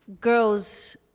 girls